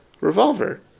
Revolver